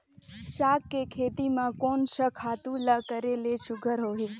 साग के खेती म कोन स खातु ल करेले सुघ्घर होही?